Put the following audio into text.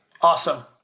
Awesome